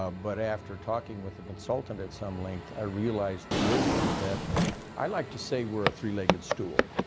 ah but after talking with the consultant at some length, i realized the wisdom that i like to say we're a three-legged stool.